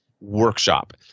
workshop